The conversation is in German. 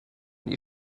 die